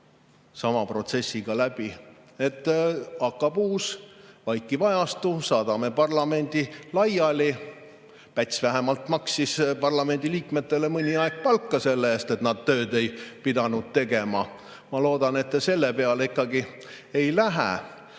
sama protsessiga läbi. Hakkab uus vaikiv ajastu, saadame parlamendi laiali. Päts vähemalt maksis parlamendi liikmetele mõni aeg palka selle eest, et nad tööd ei pidanud tegema. Ma loodan, et te selle peale ikkagi ei lähe.